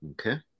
Okay